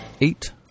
eight